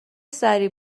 سریع